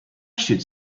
should